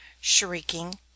shrieking